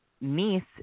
niece